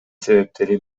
себептери